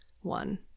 one